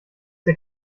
der